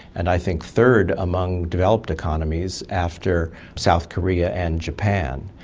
and i think third among developed economies after south korea and japan.